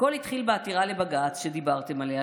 הכול התחיל בעתירה לבג"ץ שדיברתם עליה,